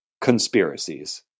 Conspiracies